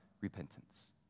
repentance